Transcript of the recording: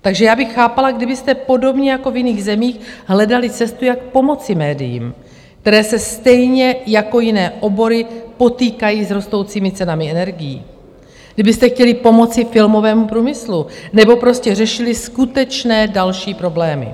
Takže já bych chápala, kdybyste podobně jako v jiných zemích hledali cestu, jak pomoci médiím, která se stejně jako jiné obory potýkají s rostoucími cenami energií, kdybyste chtěli pomoci filmovému průmyslu nebo prostě řešili skutečné další problémy.